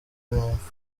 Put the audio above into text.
n’impfu